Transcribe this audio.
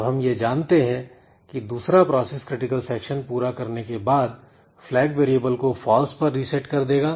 तब हम यह जानते हैं कि दूसरा प्रोसेस क्रिटिकल सेक्शन पूरा करने के बाद flag वेरिएबल को false पर रिसेट कर देगा